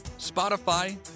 Spotify